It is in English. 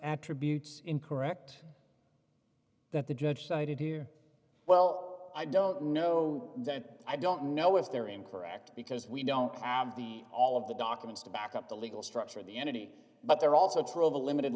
attributes in correct that the judge cited here well i don't know that i don't know if they're incorrect because we don't have the all of the documents to back up the legal structure of the entity but they're also true of a limited